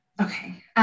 Okay